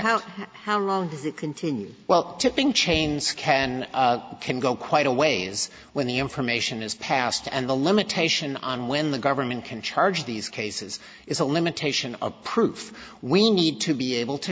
correct how how does it continue well tipping chains can can go quite a ways when the information is passed and the limitation on when the government can charge these cases is a limitation of proof we need to be able to